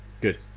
Good